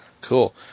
Cool